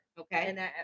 Okay